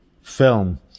Film